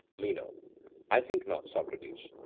meno i think not, socrates.